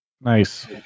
Nice